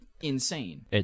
insane